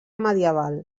medieval